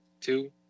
two